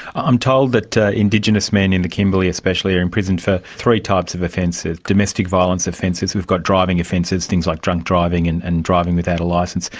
i'm told that indigenous men in the kimberley especially are imprisoned for three types of offences domestic violence offences, we've got driving offences, things like drunk driving and and driving without a licence,